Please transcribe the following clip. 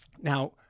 now